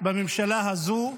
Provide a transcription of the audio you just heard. בממשלה הזו?